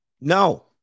No